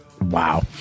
Wow